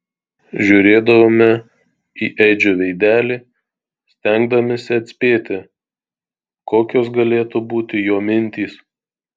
žiūrėdavome į edžio veidelį stengdamiesi atspėti kokios galėtų būti jo mintys